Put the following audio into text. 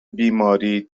بیماری